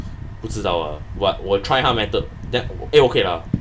不知道 uh but 我 try 他 method then eh okay lah